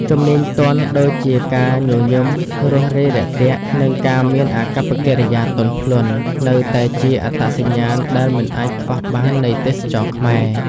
ជំនាញទន់ ដូចជាការញញឹម រួសរាយរាក់ទាក់ និងការមានអាកប្បកិរិយាទន់ភ្លន់ នៅតែជាអត្តសញ្ញាណដែលមិនអាចខ្វះបាននៃទេសចរណ៍ខ្មែរ។